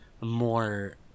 more